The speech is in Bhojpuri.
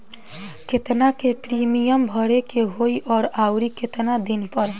केतना के प्रीमियम भरे के होई और आऊर केतना दिन पर?